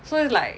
so is like